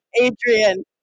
adrian